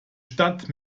stadt